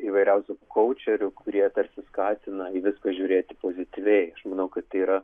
įvairiausių kaučerių kurie tarsi skatina į viską žiūrėti pozityviai manau kad tai yra